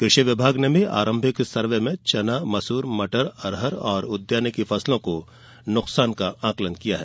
कृषि विभाग ने भी आरंभिक सर्वे में चना मसूर मटर अरहर और उद्यानिकी फसलों को नुकसान का आंकलन किया है